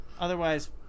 Otherwise